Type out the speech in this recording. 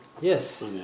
Yes